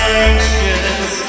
anxious